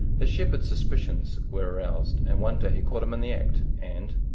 the shepherd's suspicions were aroused, and one day he caught him in the act and,